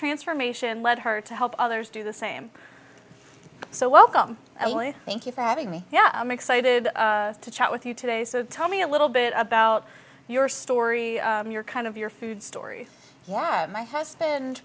transformation led her to help others do the same so welcome thank you for having me yeah i'm excited to chat with you today so tell me a little bit about your story and your kind of your food story yeah my husband